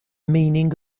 meaning